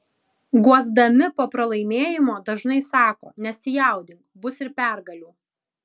guosdami po pralaimėjimo dažnai sako nesijaudink bus ir pergalių